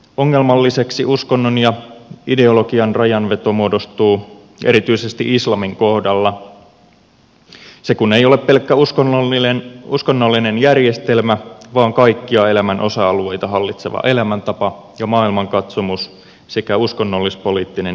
ongelmalliseksi uskonnon ja ideologian rajanveto muodostuu erityisesti islamin kohdalla se kun ei ole pelkkä uskonnollinen järjestelmä vaan kaikkia elämän osa alueita hallitseva elämäntapa ja maailmankatsomus sekä uskonnollis poliittinen ideologia